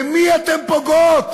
במי אתם פוגעים?